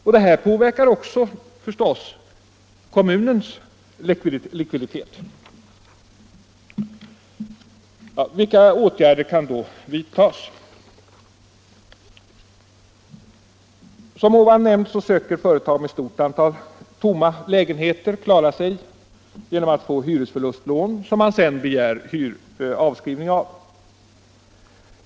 Detta påverkar förstås även kommunens likviditet. Som nämnts söker företag med stort antal tomma lägenheter klara sig genom att få hyresförlustlån, som man sedan begär avskrivning av.